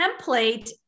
template